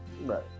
Right